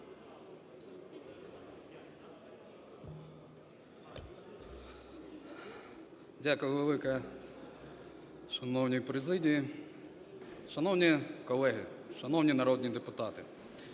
Дякую велике шановній президії. Шановні колеги, шановні народні депутати,